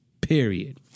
period